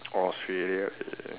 Australia